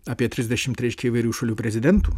apie trisdešimt reiškia įvairių šalių prezidentų